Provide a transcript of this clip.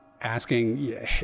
asking